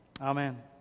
Amen